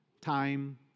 time